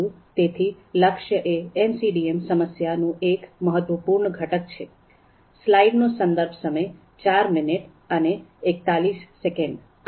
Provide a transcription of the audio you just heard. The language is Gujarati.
તેથી લક્ષ્ય એ એમસીડીએમ સમસ્યાનું એક મહત્વપૂર્ણ ઘટક છે